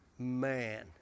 Man